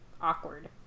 awkward